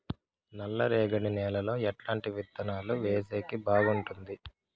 నల్లరేగడి నేలలో ఎట్లాంటి విత్తనాలు వేసేకి బాగుంటుంది?